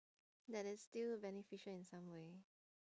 that is still beneficial in some way